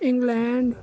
England